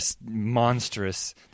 monstrous